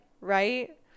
Right